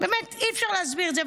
באמת אי-אפשר להסביר את זה.